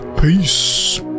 peace